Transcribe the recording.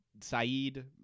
saeed